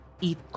eat